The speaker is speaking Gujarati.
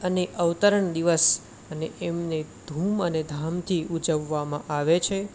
અને અવતરણ દિવસ અને અને ધૂમ અને ધામથી ઉજવવામાં આવે છે